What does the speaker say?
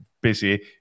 busy